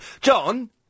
John